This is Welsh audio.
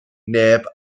neb